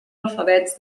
alfabets